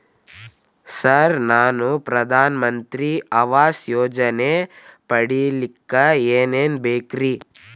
Sir ನಾನು ಪ್ರಧಾನ ಮಂತ್ರಿ ಆವಾಸ್ ಯೋಜನೆ ಪಡಿಯಲ್ಲಿಕ್ಕ್ ಏನ್ ಏನ್ ಬೇಕ್ರಿ?